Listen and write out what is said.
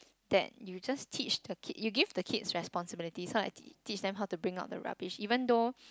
that you just teach the kid you give the kids responsibility so like teach them how to bring out the rubbish even though